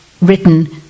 written